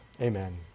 Amen